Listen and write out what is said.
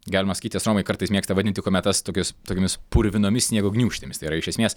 galima sakyt astronomai kartais mėgsta vadinti kometas tokius tokiomis purvinomis sniego gniūžtėmis tai yra iš esmės